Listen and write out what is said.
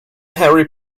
harry